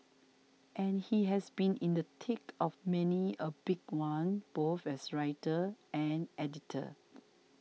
and he has been in the tick of many a big one both as writer and editor